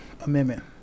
amendment